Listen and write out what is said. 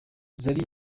zari